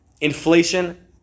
inflation